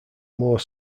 more